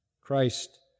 Christ